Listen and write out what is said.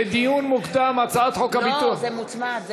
לדיון מוקדם, הצעת חוק הביטוח, זה מוצמד.